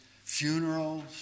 funerals